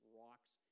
rocks